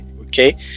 okay